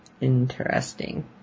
Interesting